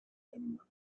him